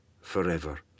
forever